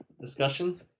discussion